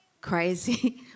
crazy